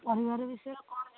ପରିବାର ବିଷୟରେ କ'ଣ ଜାଣିବାର